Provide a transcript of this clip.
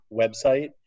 website